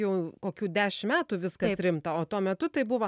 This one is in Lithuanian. jau kokių dešimt metų viskas rimta o tuo metu tai buvo